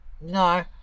No